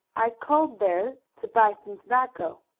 i called there to buy some tobacco.